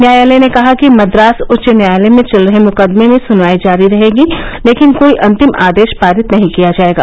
न्यायालय ने कहा कि मद्रास उच्च न्यायालय में चल रहे मुकदमे में सुनवाई जारी रहेगी लेकिन कोई अंतिम आदेश पारित नहीं किया जायेगा